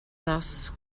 tas